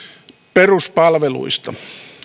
peruspalveluista